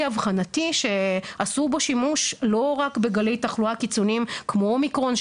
אבחנתי שעשו בו שימוש לא רק בגלי תחלואה קיצוניים כמו אומיקרון,